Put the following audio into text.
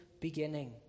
beginning